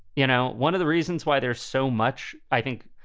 you know, one of the reasons why there's so much, i think,